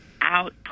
out